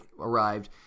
arrived